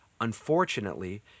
Unfortunately